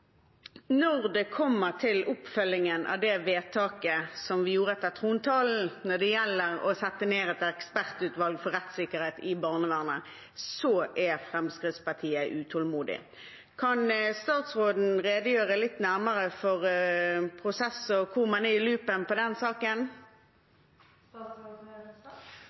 når det gjelder oppfølgingen av det vedtaket som vi gjorde etter trontalen om å sette ned et ekspertutvalg for rettssikkerhet i barnevernet, er Fremskrittspartiet utålmodige. Kan statsråden redegjøre litt nærmere for prosess og hvor man er i loopen på den